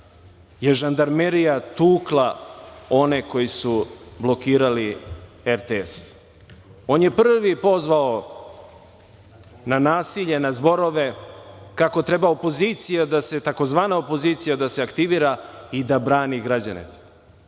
je žandarmerija tukla one koji su blokirali RTS. On je prvi pozvao na nasilje, na zborove, kako treba tzv. opozicija da se aktivira i da brani građane.